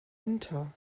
enter